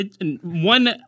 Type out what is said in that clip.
One